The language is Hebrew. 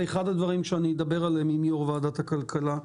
אבל זה אחד הדברים שאדבר עליהם עם יושב-ראש ועדת הכלכלה.